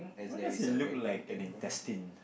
what does it look like an intestine